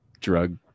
drug